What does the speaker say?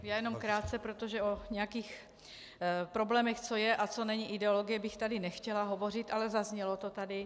Já jenom krátce, protože o nějakých problémech, co je a co není ideologie, bych tady nechtěla hovořit, ale zaznělo to tady.